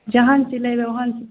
जेहन सिलेबै ओहन